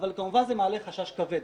אבל כמובן שזה מעלה חשש כבד.